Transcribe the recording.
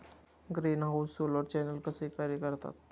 Greenhouse solar channel कसे कार्य करतात?